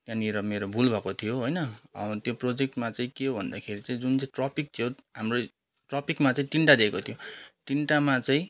त्यहाँनिर मेरो भुल भएको थियो होइन त्यो प्रोजेक्टमा चाहिँ के हो भन्दाखेरि चाहिँ जुन चाहिँ टपिक थियो हाम्रो टपिकमा चाहिँ तिनवटा दिएको थियो तिनवटामा चाहिँ